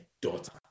daughter